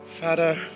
Father